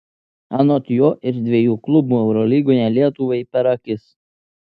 anot jo ir dviejų klubų eurolygoje lietuvai per akis